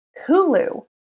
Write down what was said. Hulu